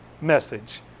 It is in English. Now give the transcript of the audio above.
message